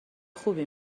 خوبی